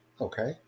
Okay